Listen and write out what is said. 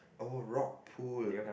oh rock pool